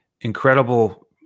incredible